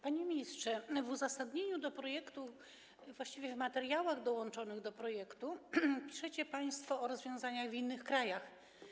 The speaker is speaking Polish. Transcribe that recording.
Panie ministrze, w uzasadnieniu projektu, właściwie w materiałach dołączonych do projektu piszecie państwo o rozwiązaniach stosowanych w innych krajach.